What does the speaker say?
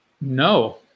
no